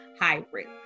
hybrid